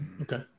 Okay